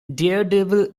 daredevil